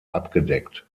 abgedeckt